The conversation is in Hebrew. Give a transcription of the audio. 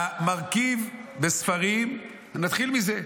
המרכיב בספרים, נתחיל מזה,